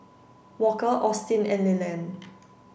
walker Austin and Leland